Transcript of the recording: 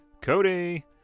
Cody